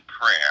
prayer